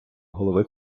голови